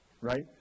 Right